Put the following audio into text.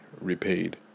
repaid